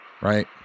Right